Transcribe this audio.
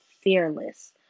fearless